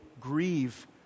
grieve